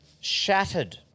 shattered